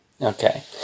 Okay